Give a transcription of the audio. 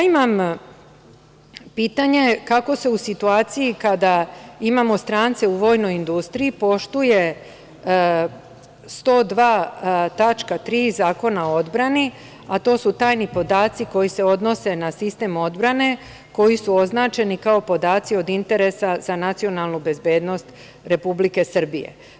Imam pitanje, kako se u situaciji kada imamo strance u vojnoj industriji poštuje 102. tačka 3. Zakona o odbrani, a to su tajni podaci koji se odnose na sistem odbrane koji su označeni kao podaci od interesa za nacionalnu bezbednost Republike Srbije.